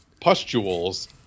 pustules